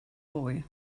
boy